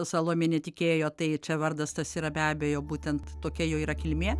salomė netikėjo tai čia vardas tas yra be abejo būtent tokia jo yra kilmė